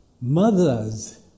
mothers